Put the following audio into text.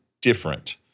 different